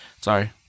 Sorry